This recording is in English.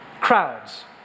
crowds